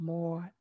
more